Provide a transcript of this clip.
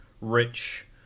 rich